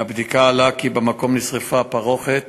מהבדיקה עלה כי במקום נשרפה פרוכת